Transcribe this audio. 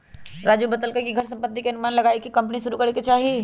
राजू बतलकई कि घर संपत्ति के अनुमान लगाईये के कम्पनी शुरू करे के चाहि